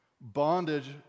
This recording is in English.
bondage